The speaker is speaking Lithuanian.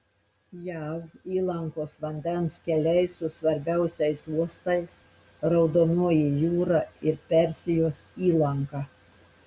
jav įlankos vandens keliai su svarbiausiais uostais raudonoji jūra ir persijos įlanka